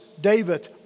David